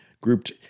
grouped